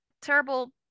terrible